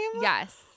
Yes